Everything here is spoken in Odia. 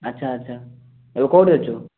ଆଛା ଆଛା ଏବେ କେଉଁଠି ଅଛୁ